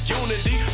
unity